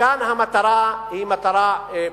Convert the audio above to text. וכאן המטרה היא מטרה פוליטית,